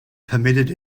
permitted